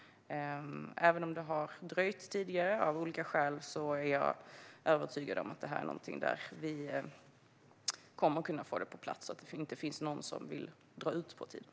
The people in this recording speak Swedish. Även om det tidigare arbetet av olika skäl har dröjt är jag övertygad om att den nya lagstiftningen kommer att komma på plats. Det finns inte någon som vill dra ut på tiden.